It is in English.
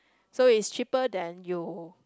so it's cheaper than you